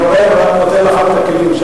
אני אומר ונותן לך את הכלים,